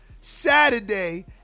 Saturday